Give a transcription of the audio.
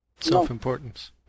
self-importance